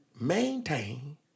Maintain